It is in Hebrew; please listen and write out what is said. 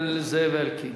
של זאב אלקין.